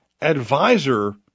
Advisor